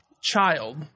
child